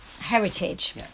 heritage